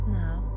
now